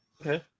Okay